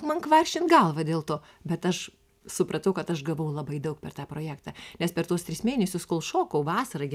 man kvaršint galvą dėl to bet aš supratau kad aš gavau labai daug per tą projektą nes per tuos tris mėnesius kol šokau vasarą gi